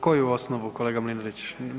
Koju osnovu, kolega Mlinarić?